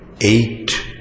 eight